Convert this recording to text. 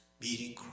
meeting